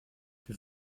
wir